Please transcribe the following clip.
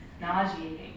nauseating